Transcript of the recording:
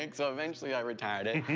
like so eventually i retired it.